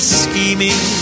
scheming